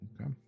Okay